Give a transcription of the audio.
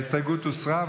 ההסתייגות הוסרה.